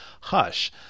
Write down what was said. Hush